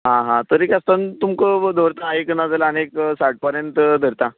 आं हां तरी तातून तुमकां धरता एक ना जाल्यार आनी एक साठ पर्यंत धरतां